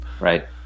Right